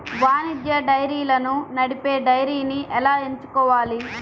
వాణిజ్య డైరీలను నడిపే డైరీని ఎలా ఎంచుకోవాలి?